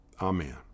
Amen